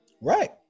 Right